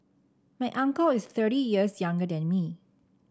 my uncle is thirty years younger than me